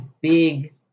big